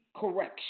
correction